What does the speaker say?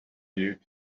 you